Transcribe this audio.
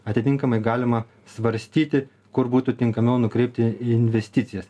atitinkamai galima svarstyti kur būtų tinkamiau nukreipti investicijas